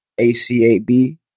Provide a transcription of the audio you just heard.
ACAB